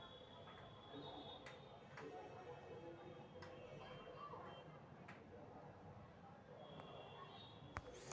सोझे डेबिट में जमा के पइसा पहिले से निश्चित होइ छइ